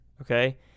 Okay